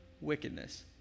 wickedness